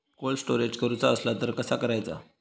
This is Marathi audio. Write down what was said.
कोल्ड स्टोरेज करूचा असला तर कसा करायचा?